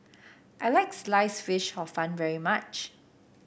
I like slice fish Hor Fun very much